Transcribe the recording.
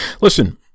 Listen